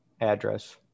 address